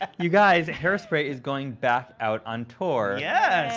it? you guys, hairspray is going back out on tour. yes!